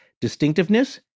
distinctiveness